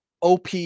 OP